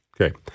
Okay